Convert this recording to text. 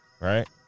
right